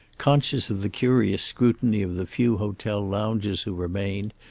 conscious of the curious scrutiny of the few hotel loungers who remained,